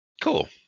Cool